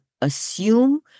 assume